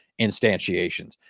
instantiations